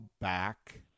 back